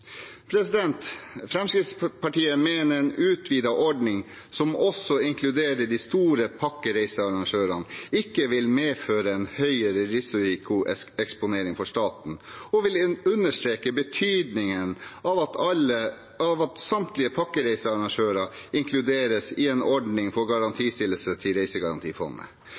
Fremskrittspartiet mener at en utvidet ordning som også inkluder de store pakkereisearrangørene, ikke vil medføre en høyere risikoeksponering for staten. Og vi vil understreke betydningen av at samtlige pakkereisearrangører inkluderes i en ordning for garantistillelse til Reisegarantifondet,